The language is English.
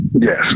yes